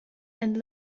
and